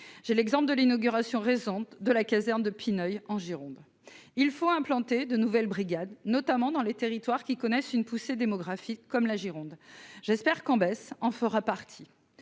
j'ai l'exemple de l'inauguration récente de la caserne de Pineuilh en Gironde il faut implanter de nouvelles brigades notamment dans les territoires qui connaissent une poussée démographique comme la Gironde, j'espère qu'en baisse en fera partie